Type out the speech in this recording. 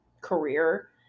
career